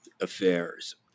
affairs